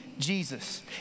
Jesus